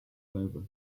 clover